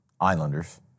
Islanders